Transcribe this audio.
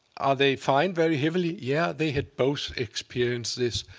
are they fined very heavily? yeah, they had both experienced this.